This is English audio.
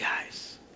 guys